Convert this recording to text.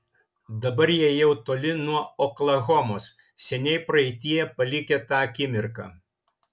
dabar jie jau toli nuo oklahomos seniai praeityje palikę tą akimirką